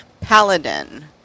paladin